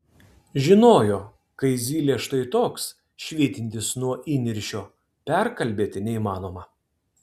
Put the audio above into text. žinojo kai zylė štai toks švytintis nuo įniršio perkalbėti neįmanoma